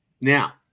Now